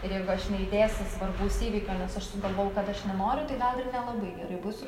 ir jeigu aš neįdėsi svarbaus įvykio nes aš sugalvojau kad aš nenoriu tai gal ir nelabai gerai bus ir